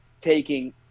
taking